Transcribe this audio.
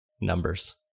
numbers